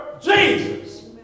Jesus